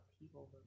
people